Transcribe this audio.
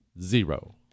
Zero